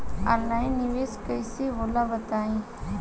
Online निवेस कइसे होला बताईं?